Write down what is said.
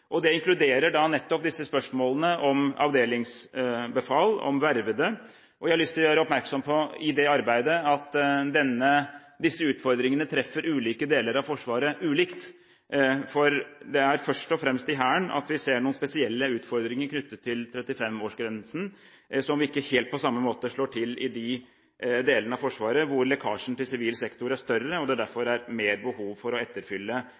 inkluderer nettopp disse spørsmålene om avdelingsbefal og vervede, og jeg har lyst til, med hensyn til det arbeidet, å gjøre oppmerksom på at disse utfordringene treffer ulike deler av Forsvaret ulikt. Det er først og fremst i Hæren at vi ser noen spesielle utfordringer knyttet til 35-årsgrensen, som ikke på helt samme måte slår til i de delene av Forsvaret hvor lekkasjen til sivil sektor er større, og det derfor er mer behov for å etterfylle